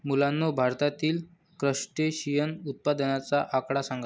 मुलांनो, भारतातील क्रस्टेशियन उत्पादनाचा आकडा सांगा?